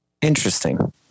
Interesting